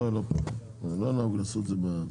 לא משנה, לא רוצה להחליט.